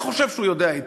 אני חושב שהוא יודע היטב,